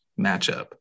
matchup